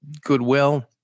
Goodwill